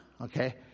Okay